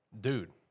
dude